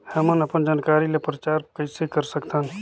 हमन अपन जानकारी ल प्रचार कइसे कर सकथन?